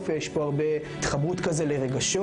בהחלט מספר מרשים.